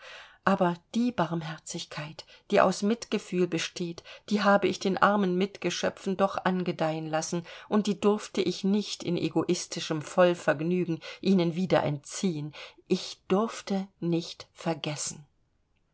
aber die barmherzigkeit die aus mitgefühl besteht die habe ich den armen mitgeschöpfen doch angedeihen lassen und die durfte ich nicht in egoistischem vollvergnügen ihnen wieder entziehen ich durfte nicht vergessen